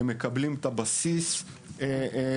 הם מקבלים את הבסיס לשפה,